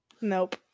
Nope